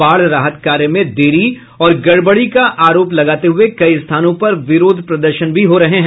बाढ़ राहत कार्य में देरी और गड़बड़ी का आरोप लगाते हुये कई स्थानों पर विरोध प्रदर्शन भी हो रहे हैं